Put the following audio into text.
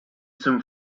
zum